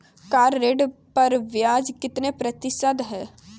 Car ऋण पर ब्याज कितने प्रतिशत है?